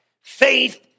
Faith